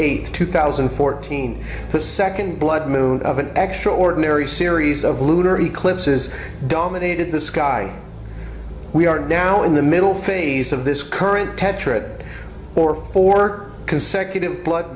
eighth two thousand and fourteen the second blood moon of an extraordinary series of lunar eclipses dominated the sky we are now in the middle phase of this current tetra or four consecutive blood